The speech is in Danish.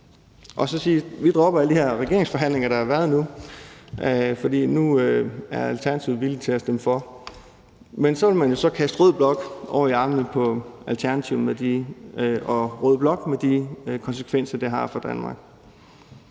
og så sige: Vi dropper alle de her regeringsforhandlinger, der har været, for nu er Alternativet villig til at stemme for. Men så ville man jo kaste Socialdemokratiet over i armene på rød blok og Alternativet med de konsekvenser, det har for Danmark.